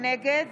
נגד